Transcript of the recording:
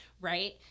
right